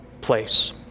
place